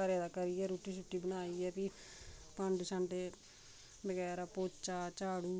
घरै दा करियै रुट्टी छुट्टी बनाइयै फ्ही भांडे छांडे बगैरा पौचा झाड़ु